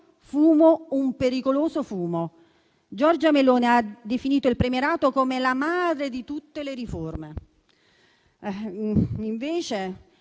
fumo, un pericoloso fumo. Giorgia Meloni ha definito il premierato come la madre di tutte le riforme,